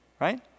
right